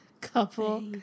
couple